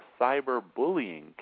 cyberbullying